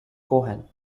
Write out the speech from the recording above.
cohen